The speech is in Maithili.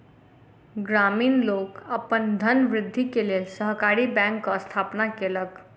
ग्रामीण लोक अपन धनवृद्धि के लेल सहकारी बैंकक स्थापना केलक